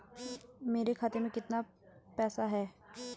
मेरे खाते में कितना पैसा है?